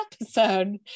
episode